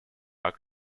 are